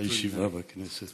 הישיבה בכנסת.